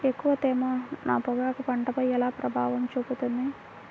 ఎక్కువ తేమ నా పొగాకు పంటపై ఎలా ప్రభావం చూపుతుంది?